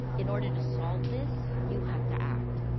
in order to solve this, you have to act.